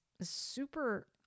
super